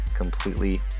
Completely